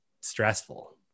stressful